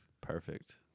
Perfect